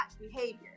behavior